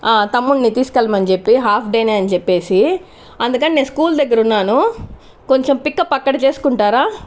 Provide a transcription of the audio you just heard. తమ్ముణ్ణి తీసుకెళ్ళమని చెప్పి హాఫ్ డేనే అని చెప్పేసి అందుకని నేను స్కూల్ దగ్గర ఉన్నాను కొంచం పికప్ అక్కడ చేస్కుంటారా